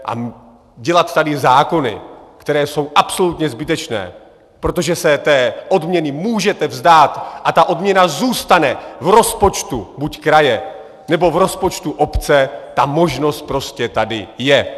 A dělat tady zákony, které jsou absolutně zbytečné, protože se té odměny můžete vzdát a ta odměna zůstane v rozpočtu buď kraje, nebo v rozpočtu obce, ta možnost prostě tady je.